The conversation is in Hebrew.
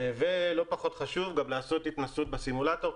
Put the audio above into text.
ולא פחות חשוב, גם לעשות התנסות בסימולטור.